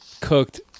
cooked